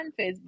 Facebook